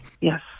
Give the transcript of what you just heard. Yes